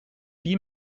wie